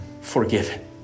forgiven